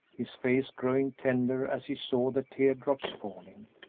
his face growing tender as he saw the tear-drops falling.